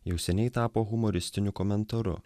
jau seniai tapo humoristiniu komentaru